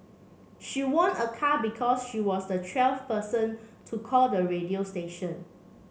she won a car because she was the twelfth person to call the radio station